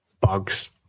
bugs